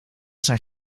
zijn